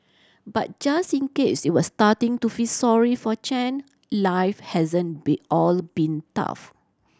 but just in case you were starting to feel sorry for Chen life hasn't been all been tough